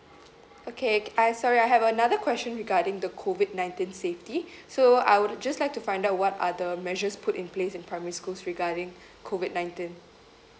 okay k~ I sorry I have another question regarding the COVID nineteen safety so I would just like to find out what are the measures put in place in primary schools regarding COVID nineteen